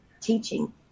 teaching